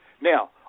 Now